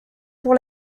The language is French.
pour